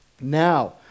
Now